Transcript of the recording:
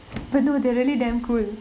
but no they're really damn cool